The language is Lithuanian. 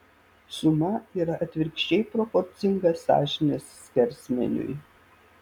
suma yra atvirkščiai proporcinga sąžinės skersmeniui